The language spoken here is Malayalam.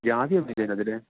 ജാതി ഒന്നുമില്ലേ സ്ഥലത്തിൽ